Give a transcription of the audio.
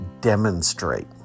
demonstrate